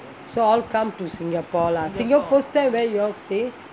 so all come to singapore lah singapore first time where you all stayed